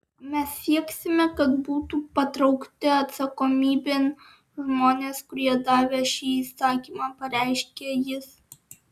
mes sieksime kad būtų patraukti atsakomybėn žmonės kurie davė šį įsakymą pareiškė jis